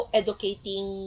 educating